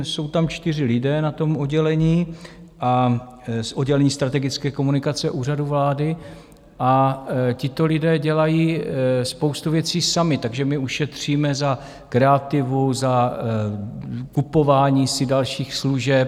Jsou tam čtyři lidé na tom oddělení, oddělení strategické komunikace Úřadu vlády, a tito lidé dělají spoustu věcí sami, takže my ušetříme za kreativu, za kupování si dalších služeb.